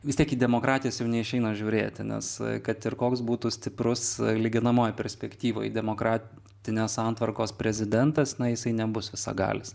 vis tiek į demokratijas neišeina žiūrėti nes kad ir koks būtų stiprus lyginamojoj perspektyvoj demokratinės santvarkos prezidentas na jisai nebus visagalis